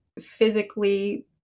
physically